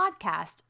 podcast